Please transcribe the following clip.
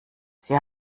sie